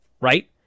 right